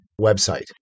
website